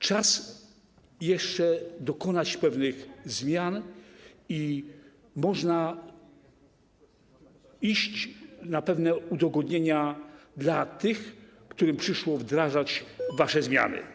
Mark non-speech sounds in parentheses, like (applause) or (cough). Czas jeszcze dokonać pewnych zmian i można iść na pewne udogodnienia dla tych, którym przyszło wdrażać (noise) wasze zmiany.